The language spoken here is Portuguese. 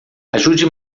ajude